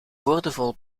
boordevol